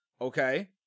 okay